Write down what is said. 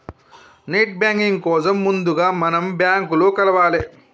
net banking కోసం ముందుగా మనం బ్యాంకులో కలవాలే